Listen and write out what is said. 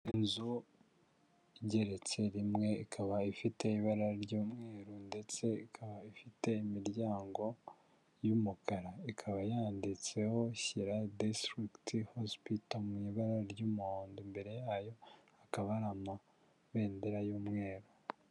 Inzu igeretse rimwe ikaba ifite ibara ry'umweru ndetse ikaba ifite imiryango y'umukara, ikaba yanditseho Shyira district hospital mu ibara ry'umuhondo, imbere yayo hakaba hari amabendera y'umweru.